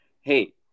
hey